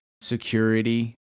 security